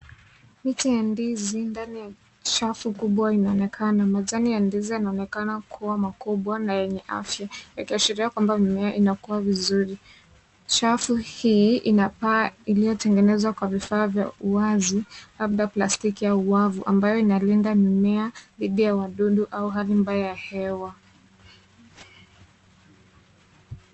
Miti ya ndizi, ndani ya uchafu kubwa inaonekana. Majani ya ndizi yanaonekana kuwa makubwa na yenye afya, yakiashiria kwamba mimea inakuwa vizuri. Chafu hii, inapaa iliyotengenezwa kwa vifaa vya uwazi ,labda plastiki au wavu ambayo inalinda mimea dhidi ya wadudu au hali mbaya ya hewa.